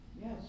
Yes